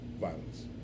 Violence